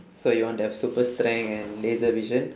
so you want to have super strength and laser vision